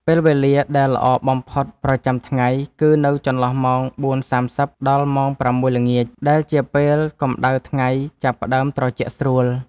ពេលវេលាដែលល្អបំផុតប្រចាំថ្ងៃគឺនៅចន្លោះម៉ោង ៤:៣០ ដល់ម៉ោង ៦:០០ ល្ងាច ដែលជាពេលកម្ដៅថ្ងៃចាប់ផ្ដើមត្រជាក់ស្រួល។